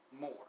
more